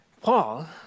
Paul